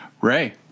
Ray